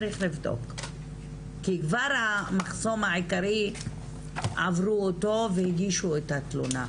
צריך לבדוק כי כבר המחסום העיקרי עברו אותו והגישו את התלונה,